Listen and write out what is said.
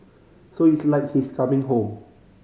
so it's like he's coming home